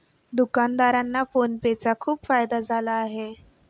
दुकानदारांना PhonePe चा खूप फायदा झाला आहे